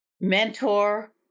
mentor